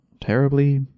terribly